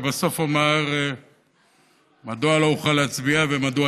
ובסוף אומר מדוע לא אוכל להצביע ומדוע